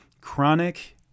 chronic